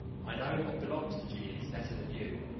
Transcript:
i know what belongs to genies better than you.